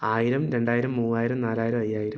ആയിരം രണ്ടായിരം മൂവായിരം നാലായിരം അയ്യായിരം